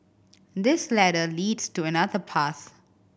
this ladder leads to another path